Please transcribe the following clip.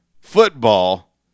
football